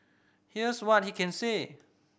here's what he can say